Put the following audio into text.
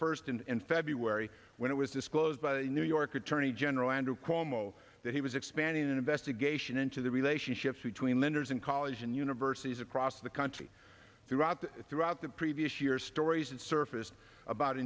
first and february when it was disclosed by new york attorney general andrew cuomo that he was expanding an investigation into the relationships between lenders and college and universities across the country throughout the throughout the previous year stories and surface about